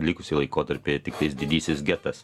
likusį laikotarpyje tiktais didysis getas